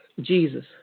Jesus